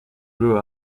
grew